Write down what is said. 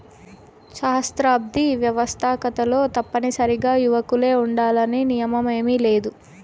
సహస్రాబ్ది వ్యవస్తాకతలో తప్పనిసరిగా యువకులే ఉండాలన్న నియమేమీలేదు